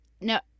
No